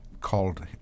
called